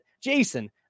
Jason